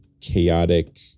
chaotic